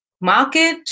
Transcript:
market